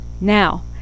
Now